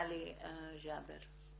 עלי ג'אבר.